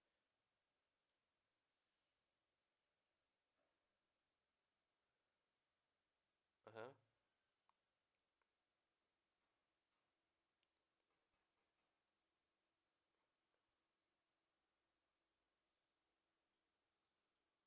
(uh huh)